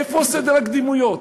איפה סדר הקדימויות?